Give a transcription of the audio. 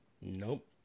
nope